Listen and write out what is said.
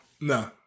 No